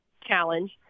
challenge